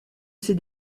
ces